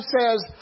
says